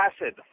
acid